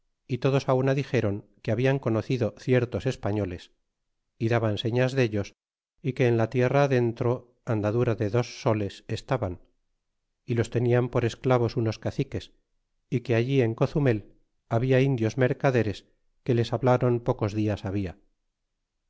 y todos á una dixeron que hablan conocido ciertos españoles y daban señas dellos y que en la tierra adentro andadura de dos soles estaban y ros tec nian por esclavos unos caciquea y ctue allí cozumel habialndios mercaderes que les hablaron pocos dias habla